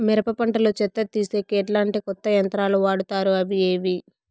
మిరప పంట లో చెత్త తీసేకి ఎట్లాంటి కొత్త యంత్రాలు వాడుతారు అవి ఏవి?